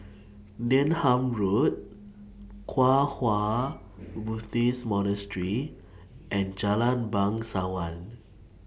Denham Road Kwang Hua Buddhist Monastery and Jalan Bangsawan